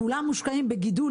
כולם מושקעים בגידול,